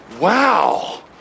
Wow